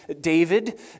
David